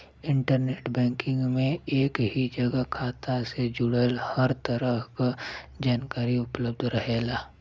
internet banking में एक ही जगह खाता से जुड़ल हर तरह क जानकारी उपलब्ध रहेला